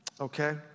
okay